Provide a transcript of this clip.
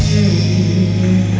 the